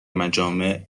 مجامع